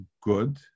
good